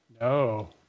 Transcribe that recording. No